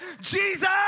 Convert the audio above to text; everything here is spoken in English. Jesus